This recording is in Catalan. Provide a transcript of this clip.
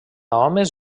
homes